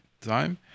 time